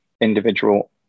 individual